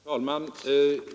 Fru talman!